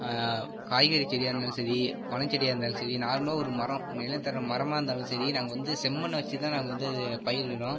காய்கறி செடியாக இருந்தாலும் சரி பனஞ்செடியாக இருந்தாலும் சரி நார்மலாக ஒரு மரம் நிழல் தர மரமாக இருந்தாலும் சரி நாங்கள் வந்து செம்மண்ணை வச்சு தான் நாங்கள் வந்து அது பயிரிடுறோம்